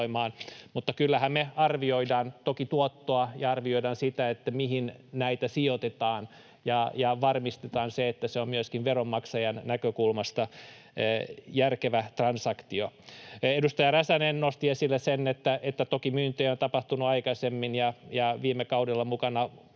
mutta kyllähän me arvioidaan toki tuottoa ja arvioidaan sitä, mihin näitä sijoitetaan, ja varmistetaan se, että se on myöskin veronmaksajan näkökulmasta järkevä transaktio. Edustaja Räsänen nosti esille sen, että toki myyntiä on tapahtunut aikaisemmin, ja viime kaudella mukana olleet